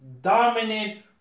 dominant